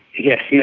yes, yeah